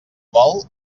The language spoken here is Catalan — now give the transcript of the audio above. vol